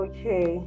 Okay